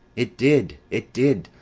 it did, it did!